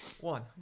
One